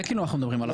זה אנחנו מדברים עכשיו.